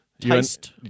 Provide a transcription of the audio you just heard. taste